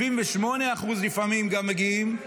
78% לפעמים גם מגיעים.